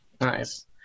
Nice